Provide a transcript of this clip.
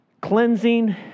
Cleansing